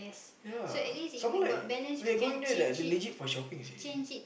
ya some more like we going there like legit for shopping seh